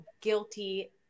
guilty